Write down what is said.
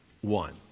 one